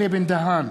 אלי בן-דהן,